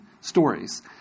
stories